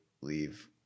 leave